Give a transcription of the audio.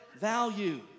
value